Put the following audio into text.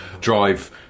drive